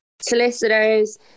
solicitors